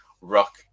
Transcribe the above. rock